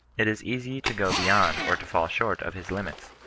it is easy to go beyond, or to fobll short of his limits.